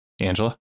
Angela